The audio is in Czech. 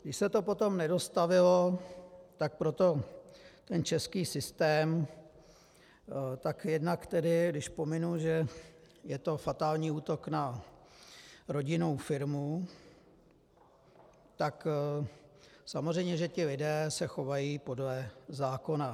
Když se to potom nedostavilo, tak proto ten český systém jednak tedy, když pominu, že je to fatální útok na rodinnou firmu, tak samozřejmě že ti lidé se chovají podle zákona.